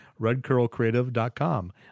redcurlcreative.com